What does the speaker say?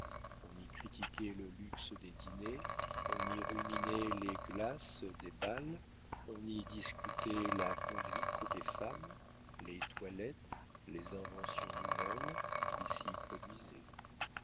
on y critiquait le luxe des dîners on y ruminait les glaces des bals on discutait la conduite des femmes les toilettes les inventions nouvelles qui s'y produisaient